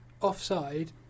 offside